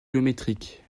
géométrique